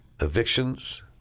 evictions